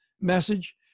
message